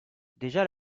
déjà